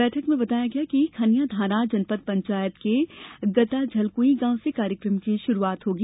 बैठक में बताया गया कि खनियांधाना जनपद पंचायत के गताझलकुई गांव से कार्यक्रम की शुरूआत होगी